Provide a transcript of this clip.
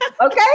Okay